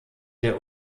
der